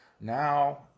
Now